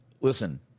Listen